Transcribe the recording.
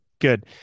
good